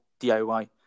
DIY